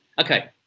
Okay